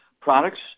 products